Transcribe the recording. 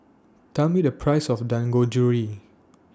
Tell Me The Price of Dangojiru